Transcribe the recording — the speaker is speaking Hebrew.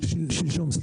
שלשום.